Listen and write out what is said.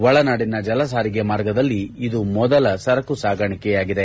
ಒಳನಾಡಿನ ಜಲಸಾರಿಗೆ ಮಾರ್ಗದಲ್ಲಿ ಇದು ಮೊದಲ ಸರಕು ಸಾಗಣೆಯಾಗಿದೆ